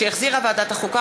שהחזירה ועדת החוקה,